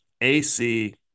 AC